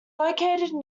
located